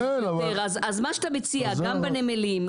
אז מה שאתה מציע גם בנמלים,